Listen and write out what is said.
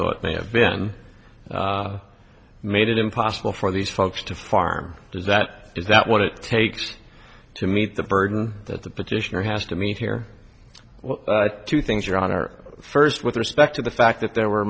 though it may have been made it impossible for these folks to farm does that is that what it takes to meet the burden that the petitioner has to meet here two things your honor first with respect to the fact that there were